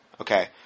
Okay